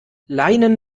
leinen